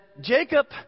Jacob